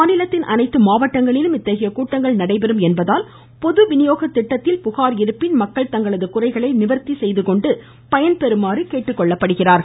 மாநிலத்தில் அனைத்து மாவட்டங்களிலும் இத்தகைய கூட்டங்கள் நடைபெறும் என்பதால் பொதுவிநியோக திட்டத்தில் புகார் இருப்பின் மக்கள் தங்களது குறைகளை நிவர்த்திக் செய்துகொண்டு பயன்பெறுமாறு கேட்டுக்கொள்ளப்படுகிறார்கள்